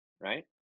Right